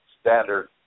standard